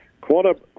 quarter